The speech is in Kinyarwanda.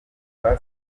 rwa